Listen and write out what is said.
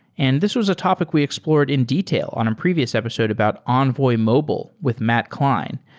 and this was a topic we explored in detail on a previous episode about envoy mobile with matt klein.